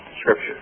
Scripture